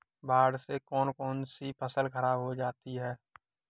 बाढ़ से कौन कौन सी फसल खराब हो जाती है?